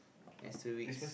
Asterids